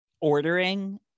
ordering